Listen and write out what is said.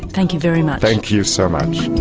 thank you very much. thank you so much.